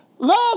Love